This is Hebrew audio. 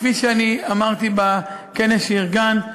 כפי שאני אמרתי בכנס שארגנת,